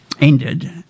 ended